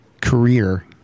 career